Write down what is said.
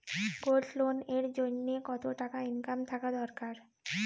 Gold loan এর জইন্যে কতো টাকা ইনকাম থাকা দরকার?